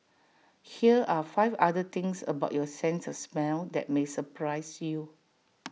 here are five other things about your sense of smell that may surprise you